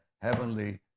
heavenly